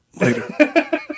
later